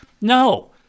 No